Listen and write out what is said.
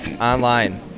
online